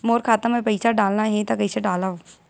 मोर खाता म पईसा डालना हे त कइसे डालव?